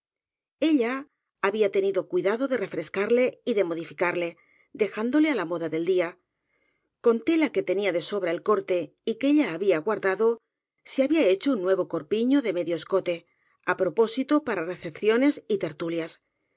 ella había tenido cuidado de refrescarle y de modificarle dejándole á la moda del día con tela que tenía de sobra el corte y que ella había guar dado se había hecho un nuevo corpiño de medio escote á propósito para recepciones y tertulias